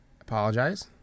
Apologize